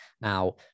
Now